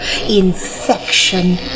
infection